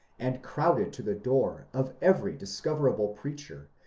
and crowded to the door of every discoverable preacher,